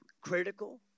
critical